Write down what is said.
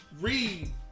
read